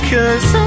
Cause